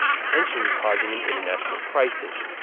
potentially causing an international crisis.